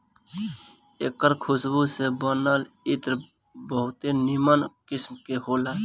एकर खुशबू से बनल इत्र बहुते निमन किस्म के होला